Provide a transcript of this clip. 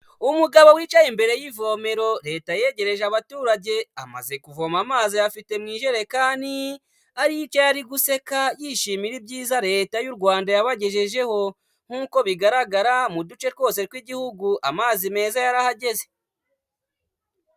Umugabo wicaye imbere y'ivomero Leta yegereje abaturage. Amaze kuvoma amazi ayafite mu ijerekani, aricaye ari guseka yishimira ibyiza Leta y'u Rwanda yabagejejeho. Nk'uko bigaragara mu duce twose tw'igihugu amazi meza yarahageze.